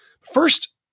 First